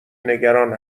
نگران